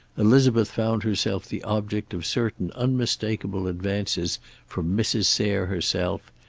elizabeth found herself the object of certain unmistakable advances from mrs. sayre herself,